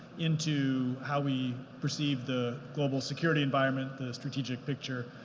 into how we perceive the global security environment, the strategic picture.